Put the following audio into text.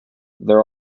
there